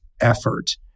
effort